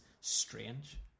strange